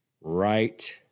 right